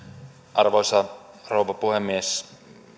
arvoisa rouva puhemies